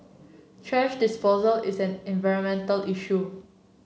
thrash disposal is an environmental issue